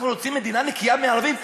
אנחנו רוצים מדינה נקייה מערבים?